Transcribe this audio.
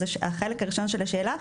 אז החלק הראשון של השאלה,